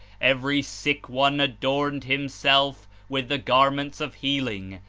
every sick one adorned himself with the garments of healing,